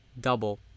double